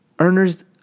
Earners